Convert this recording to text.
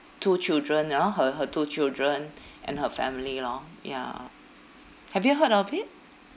two children you know her her two children and her family lor ya have you heard of it